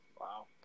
Wow